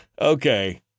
Okay